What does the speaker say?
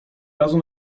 razu